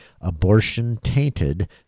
abortion-tainted